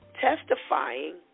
testifying